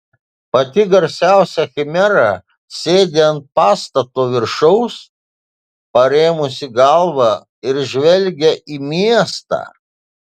pati garsiausia chimera sėdi ant pastato viršaus parėmusi galvą ir žvelgia į miestą